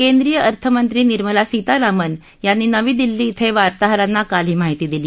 केंद्रीय अर्थमंत्री निर्मला सीतारामन यांनी नवी दिल्ली इथं वार्ताहरांना काल ही माहिती दिली